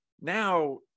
Now